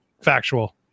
factual